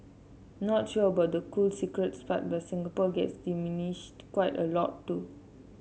not sure about the cool secrets part but Singapore gets dismissed quite a lot too